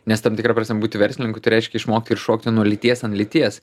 nes tam tikra prasme būti verslininku tai reiškia išmokti ir šokti nuo lyties ant lyties